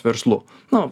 verslu nu